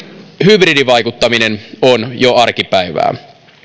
hybridivaikuttaminen on jo arkipäivää se